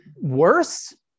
worse